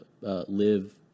live